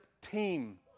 team